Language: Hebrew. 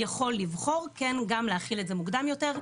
יכול לבחור כן גם להחיל את זה מוקדם יותר.